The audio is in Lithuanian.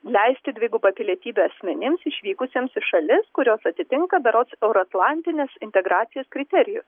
leisti dvigubą pilietybę asmenims išvykusiems į šalis kurios atitinka berods euroatlantinės integracijos kriterijus